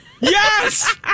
Yes